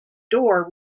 door